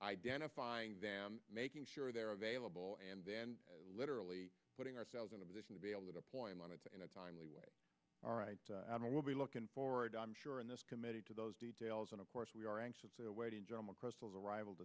identifying them making sure they're available and then literally putting ourselves in a position to be able to point in a timely way all right and i will be looking forward i'm sure in this committee to those details and of course we are anxiously awaiting general crystal's arrival